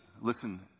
listen